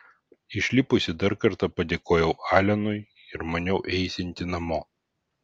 išlipusi dar kartą padėkojau alenui ir maniau eisianti namo